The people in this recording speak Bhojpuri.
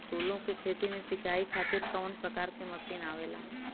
फूलो के खेती में सीचाई खातीर कवन प्रकार के मशीन आवेला?